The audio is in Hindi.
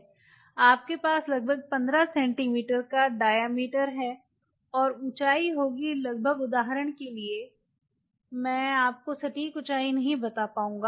आपके पास लगभग 15 सेंटीमीटर का डायामीटर है और ऊँचाई होगी लगभग उदाहरण के लिए मैं आपको सटीक ऊँचाई नहीं बता पाऊँगा